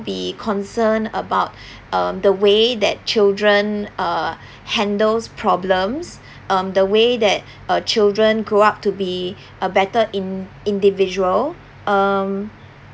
be concerned about um the way that children uh handles problems um the way that uh children grow up to be a better in~ individual um